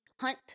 hunt